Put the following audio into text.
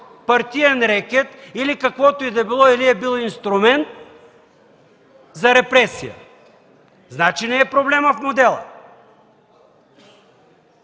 партиен рекет или каквото и да било, или е бил инструмент за репресия? Значи, проблемът не е в модела.